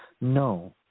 No